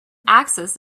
access